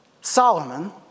Solomon